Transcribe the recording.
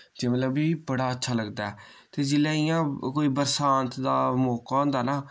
जे मतलब कि बड़ा अच्छा लगदा ऐ ते जिल्लै इय्यां कोई बरसांत दा मौका होंदा ना